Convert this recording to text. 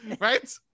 Right